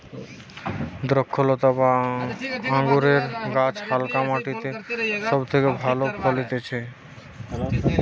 দ্রক্ষলতা বা আঙুরের গাছ হালকা মাটিতে সব থেকে ভালো ফলতিছে